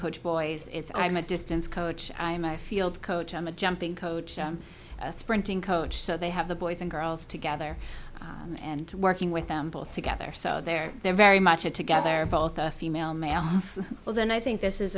coach boys it's i'm a distance coach in my field coach i'm a jumping coach sprinting coach so they have the boys and girls together and working with them both together so they're very much it together both female males well then i think this is